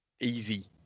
easy